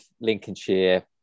Lincolnshire